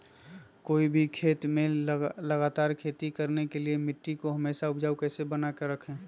कोई भी खेत में लगातार खेती करने के लिए मिट्टी को हमेसा उपजाऊ कैसे बनाय रखेंगे?